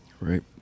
Right